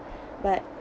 but